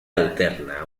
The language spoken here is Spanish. alterna